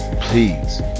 Please